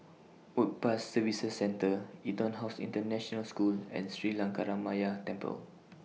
Work Pass Services Centre Etonhouse International School and Sri Lankaramaya Temple